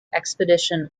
expedition